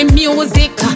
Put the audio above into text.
music